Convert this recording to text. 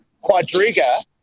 Quadriga